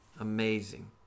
Amazing